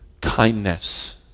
kindness